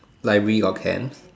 library got camp